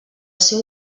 seu